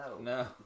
No